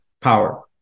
power